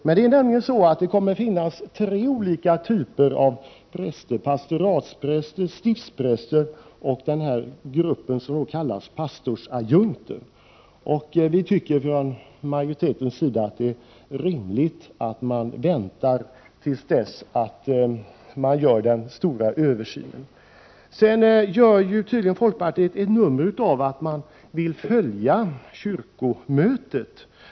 Det kommer nämligen att finnas tre olika typer av präster: pastoratspräster, stiftspräster och pastorsadjunkter. Som sagt tycker vi från majoritetens sida att det är rimligt att vänta till dess man gör den stora översynen. Folkpartiet gör tydligen ett nummer av att man vill följa kyrkomötet.